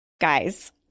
Guys